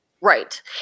Right